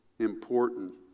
important